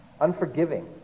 unforgiving